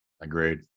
Agreed